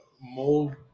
mold